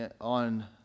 on